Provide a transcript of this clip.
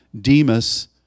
Demas